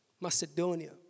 Macedonia